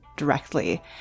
directly